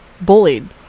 bullied